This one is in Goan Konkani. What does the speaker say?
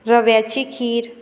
रव्याची खीर